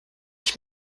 ich